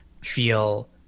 feel